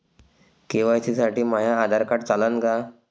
KYC साठी माह्य Aadhaar card चालन का?